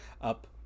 up